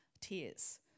tears